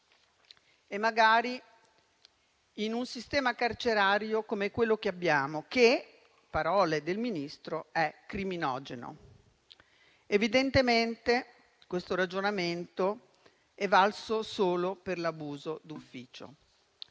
e magari con un sistema carcerario come quello che abbiamo che - parole del Ministro - è criminogeno. Evidentemente questo ragionamento è valso solo per l'abuso d'ufficio.